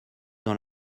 dans